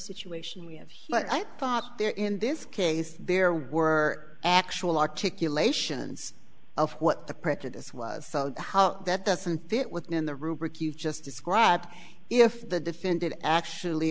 situation we have what i thought there in this case there were actual articulation of what the pressure this was how that doesn't fit within the rubric you just described if the defended actually